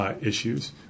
issues